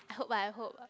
I hope ah I hope